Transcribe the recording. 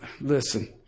listen